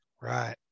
Right